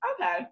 Okay